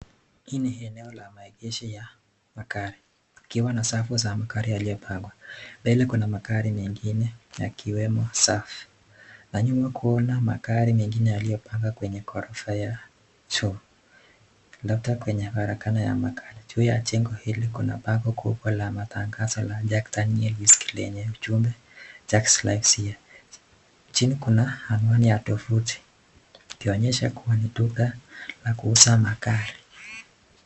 Hii ni eneo ya maegesho ya magari ikiwa na safu za magari yaliopangwa. Mbele kuna magari mengine yakiwemo SUV na nyuma kuna magari mengine juu. labda kwenye karakana ya magari. Juu ya jengo hili kuna bango kubwa la matangazo la Jack Daniel Wiskey lenye ujumbe Jack lives here . Chini kuna anwani ya tovuti ikionyesha kuwa ikionyesha kuwa ni duka la kuuza magari.